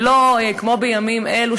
ולא כמו בימים אלו,